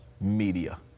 media